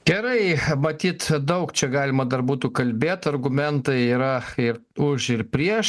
gerai matyt daug čia galima dar būtų kalbėt argumentai yra ir už ir prieš